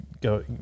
go